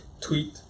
Tweet